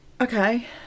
Okay